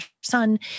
son